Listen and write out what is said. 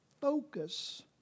focus